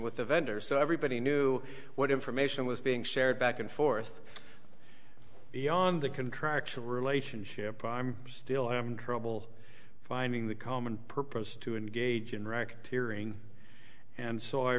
with the vendor so everybody knew what information was being shared back and forth beyond the contractual relationship i'm still i'm trouble finding the common purpose to engage in record hearing and so i